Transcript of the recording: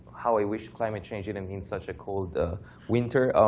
how i wish climate change didn't and mean such a cold winter.